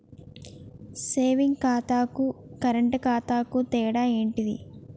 Saving ఖాతాకు current ఖాతాకు తేడా ఏంటిది?